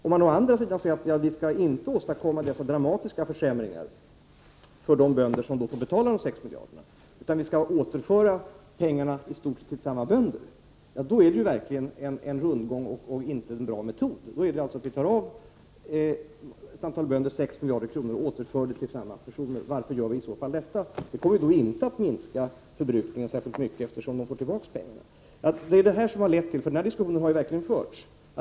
Om man å andra sidan säger att vi inte skall åstadkomma dessa dramatiska försämringar för de bönder som får betala de 6 miljarderna, utan vi skall 93 återföra pengarna till i stort sett samma bönder — ja, då är det ju verkligen en rundgång och inte en bra metod. Då tar vi alltså 6 miljarder kronor från ett antal bönder och återför dessa pengar till samma personer. Varför gör vi i så fall detta? Det kommer då inte att minska förbrukningen särskilt mycket, eftersom de får tillbaka pengarna. Den här diskussionen har ju verkligen förts.